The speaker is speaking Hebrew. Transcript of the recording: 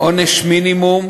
עונש מינימום,